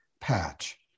patch